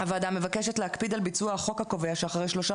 הוועדה מבקשת להקפיד על ביצוע החוק הקובע שאחרי שלושה